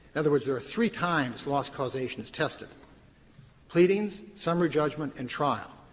in other words, there are three times loss causation is tested pleadings, summary judgment, and trial.